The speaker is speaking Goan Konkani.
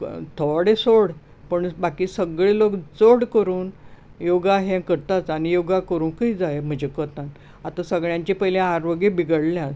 थोडे सोड पण बाकी सगळें लोक चड करून योगा हें करताच आनी योगा करूंकय जाय म्हजे कोतान आतां सगळ्याचीं पयलीं आरोग्य बिगडल्यात